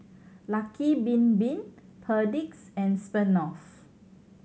Lucky Bin Bin Perdix and Smirnoff